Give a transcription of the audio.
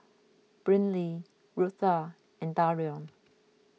Brynlee Rutha and Darion